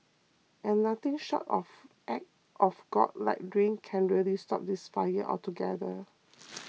and nothing short of act of God like rain can really stop this fire altogether